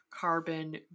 carbon